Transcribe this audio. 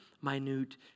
minute